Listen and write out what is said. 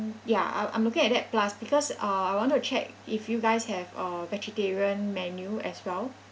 ya I'm I'm looking at that plus because uh I wanted to check if you guys have uh vegetarian menu as well